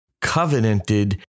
covenanted